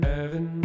Heaven